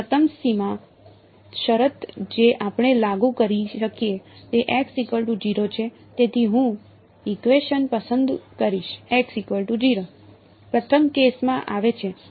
તેથી પ્રથમ સીમા શરત જે આપણે લાગુ કરી શકીએ તે x0 છે તેથી હું ઇકવેશન પસંદ કરીશ 1 x0 પ્રથમ કેસમાં આવે છે